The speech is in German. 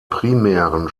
primären